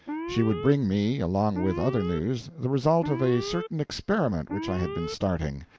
she would bring me, along with other news, the result of a certain experiment which i had been starting.